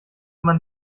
man